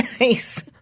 Nice